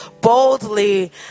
boldly